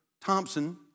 Thompson